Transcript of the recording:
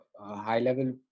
high-level